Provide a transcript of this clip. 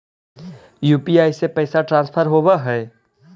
UPI से पैसा transfer होवहै?